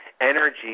energy